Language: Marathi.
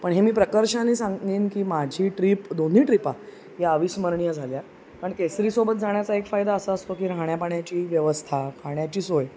पण हे मी प्रकर्षानी सांगली की माझी ट्रीप दोन्ही ट्रीपा ह्या अविस्मरणीय झाल्या कारण केसरीसोबत जाण्याचा एक फायदा असा असतो की राहण्यापाण्याची व्यवस्था खाण्याची सोय